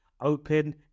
open